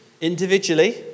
individually